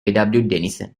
denison